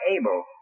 able